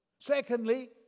Secondly